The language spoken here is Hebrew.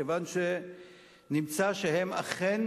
כיוון שנמצא שהם אכן